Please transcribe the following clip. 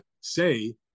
say